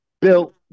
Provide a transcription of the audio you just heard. built